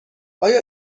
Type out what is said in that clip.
آیا